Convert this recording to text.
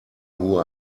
who